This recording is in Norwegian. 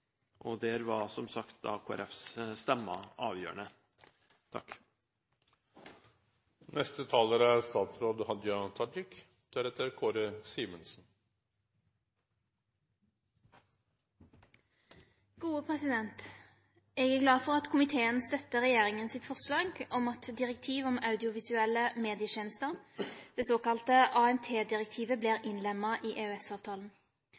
Der var da, som sagt, Kristelig Folkepartis stemmer avgjørende. Eg er glad for at komiteen støttar regjeringa sitt forslag om at direktiv om audiovisuelle medietenester, det såkalla AMT-direktivet, vert innlemma i